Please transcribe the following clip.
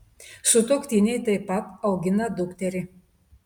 sutuoktiniai taip pat augina dukterį